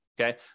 Okay